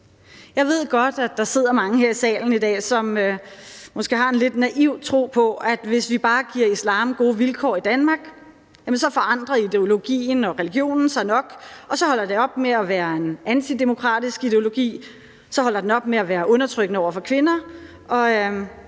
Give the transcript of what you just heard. Jeg ved godt, at der sidder mange her i salen i dag, som måske har en lidt naiv tro på, at hvis vi bare giver islam gode vilkår i Danmark, forandrer ideologien og religionen sig nok, og så holder det op med at være en antidemokratisk ideologi. Så holder den op med at være undertrykkende over for kvinder,